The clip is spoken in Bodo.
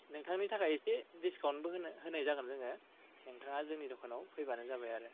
नोंथांनि थाखाय एसे डिसकाउन्टबो होनाय जागोन जोङो नोंथाङा जोंनि दखानाव फैबानो जाबाय आरो